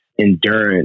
endurance